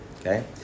Okay